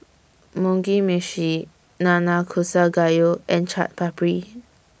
Mugi Meshi Nanakusa Gayu and Chaat Papri